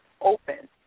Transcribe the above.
open